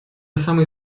самый